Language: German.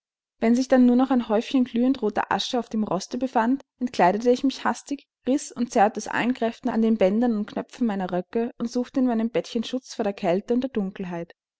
wenn sich dann nur noch ein häufchen glühend roter asche auf dem roste befand entkleidete ich mich hastig riß und zerrte aus allen kräften an den bändern und knöpfen meiner röcke und suchte in meinem bettchen schutz vor der kälte und der dunkelheit